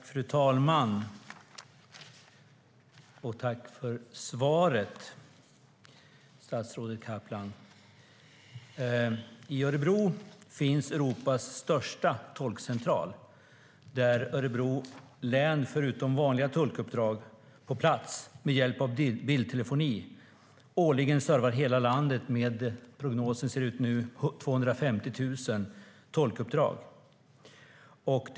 Fru talman! Jag tackar statsrådet Kaplan för svaret. I Örebro finns Europas största tolkcentral, där Örebro län, förutom vanliga tolkuppdrag på plats, med hjälp av bildtelefoni årligen servar hela landet med 250 000 tolkuppdrag, enligt gällande prognos.